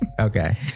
okay